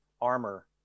armor